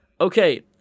Okay